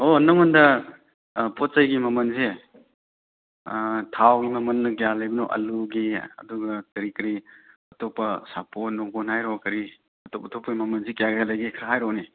ꯑꯣ ꯅꯪꯉꯣꯟꯗ ꯄꯣꯠ ꯆꯩꯒꯤ ꯃꯃꯜꯁꯦ ꯊꯥꯎꯒꯤ ꯃꯃꯜꯅ ꯀꯌꯥ ꯂꯩꯕꯅꯣ ꯑꯂꯨꯒꯤ ꯑꯗꯨꯒ ꯀꯔꯤ ꯀꯔꯤ ꯑꯇꯣꯞꯄ ꯁꯥꯄꯣꯟ ꯅꯨꯡꯄꯣꯟ ꯍꯥꯏꯔꯣ ꯀꯔꯤ ꯑꯇꯣꯞ ꯑꯇꯣꯞꯄꯩ ꯃꯃꯜꯁꯦ ꯀꯌꯥ ꯀꯌꯥ ꯂꯩꯒꯦ ꯈꯔ ꯍꯥꯏꯔꯣꯅꯦ